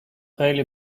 خیلی